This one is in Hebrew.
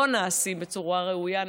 או שהם שלא נעשים בצורה ראויה,